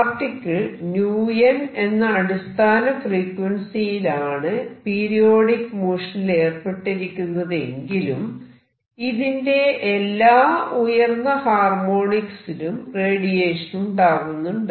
particle 𝜈n എന്ന അടിസ്ഥാന ഫ്രീക്വൻസിയിലാണ് പീരിയോഡിക് മോഷനിൽ ഏർപ്പെട്ടിരിക്കുന്നതെങ്കിലും ഇതിന്റെ എല്ലാ ഉയർന്ന ഹാർമോണിക്സിലും റേഡിയേഷൻ ഉണ്ടാകുന്നുണ്ട്